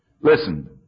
Listen